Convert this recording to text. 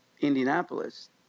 Indianapolis